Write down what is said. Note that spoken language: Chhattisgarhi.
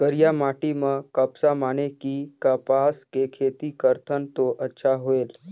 करिया माटी म कपसा माने कि कपास के खेती करथन तो अच्छा होयल?